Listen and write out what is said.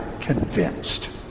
convinced